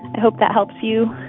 i hope that helps you,